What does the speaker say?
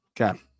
Okay